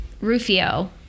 Rufio